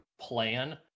plan